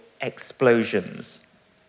explosions